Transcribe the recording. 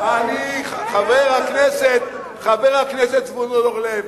חבר הכנסת זבולון אורלב,